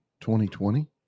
2020